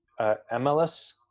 MLS